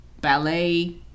ballet